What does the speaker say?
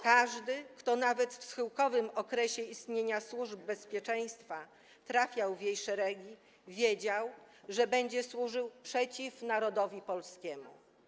Każdy, kto nawet w schyłkowym okresie istnienia Służby Bezpieczeństwa trafiał w jej szeregi, wiedział, że będzie służył przeciw narodowi polskiemu.